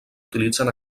utilitzen